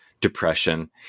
depression